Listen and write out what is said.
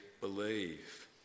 believe